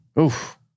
Oof